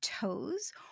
toes